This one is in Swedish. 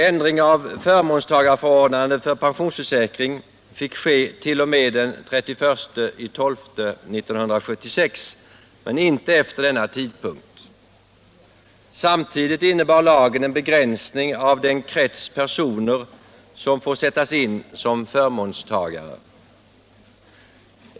Ändring av förmånstagarförordnande för pensionsförsäkring fick ske t.o.m. den 31 december 1976 men inte efter denna tidpunkt. Samtidigt innebar lagen en begränsning av den krets personer som får sättas in som förmånstagare.